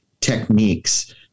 techniques